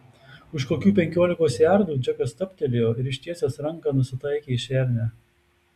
už kokių penkiolikos jardų džekas stabtelėjo ir ištiesęs ranką nusitaikė į šernę